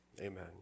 Amen